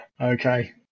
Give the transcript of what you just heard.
Okay